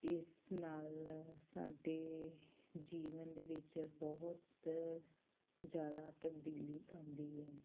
ਇਸ ਨਾਲ ਸਾਡੇ ਜੀਵਨ ਦੇ ਵਿੱਚ ਬਹੁਤ ਜ਼ਿਆਦਾ ਤਬਦੀਲੀ ਆਉਂਦੀ ਹੈ